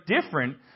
different